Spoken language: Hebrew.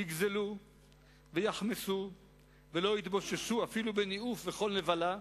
יגזלו ויחמסו ולא יתבוששו אפילו בניאוף ובכל נבלה.